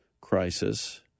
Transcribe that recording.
crisis